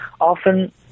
often